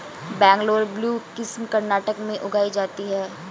Bangalore blue किस्म कर्नाटक में उगाई जाती है